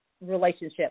relationship